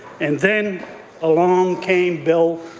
and then along came bill